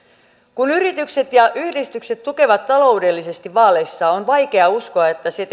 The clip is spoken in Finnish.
kun yritykset ja yhdistykset tukevat taloudellisesti vaaleissa on vaikea uskoa että se